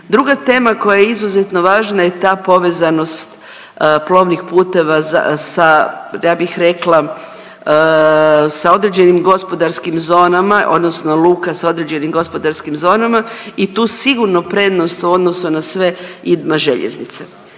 Druga tema koja je izuzetno važna je ta povezanost plovnih puteva sa ja bih rekla sa određenim gospodarskim zonama, odnosno luka sa određenim gospodarskim zonama i tu sigurno prednost u odnosu na sve ima željeznice.